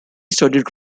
studied